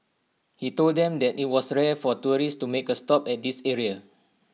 he told them that IT was rare for tourists to make A stop at this area